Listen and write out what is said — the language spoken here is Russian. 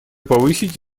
повысить